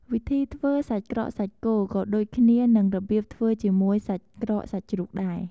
វិធីធ្វើសាច់ក្រកសាច់គោ ក៏ដូចគ្នានឺងរបៀបធ្វើជាមួយសាច់ក្រកសាច់ជ្រូកដែរ។